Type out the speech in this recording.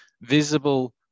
visible